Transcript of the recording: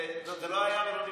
זה לא היה ולא נברא.